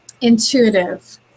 intuitive